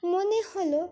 মনে হলো